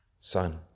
Son